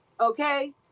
okay